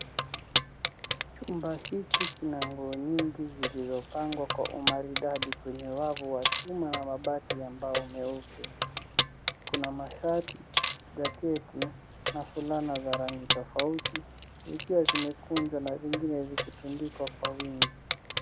Chumba hiki kina nguo nyingi zilizopangwa kwa umaridadi kwenye wavu wa chuma na mabati ya mbao mweupe. kuna mashati za keki na fulana za rangi tofauti zikiwa zimekunjwa na zingine zikitundikwa kwa wingi.